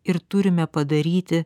ir turime padaryti